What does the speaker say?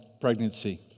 pregnancy